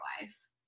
life